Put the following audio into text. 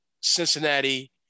Cincinnati